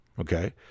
okay